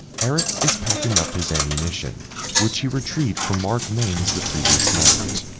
eric is packing up his ammunition which he retrieved from mark mains the previous night.